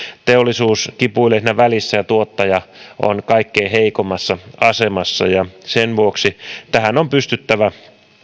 teollisuus kipuilee siinä välissä ja tuottaja on kaikkein heikoimmassa asemassa ja sen vuoksi tähän on pystyttävä